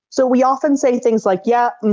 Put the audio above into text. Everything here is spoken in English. so we often say things like yeah, and